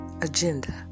agenda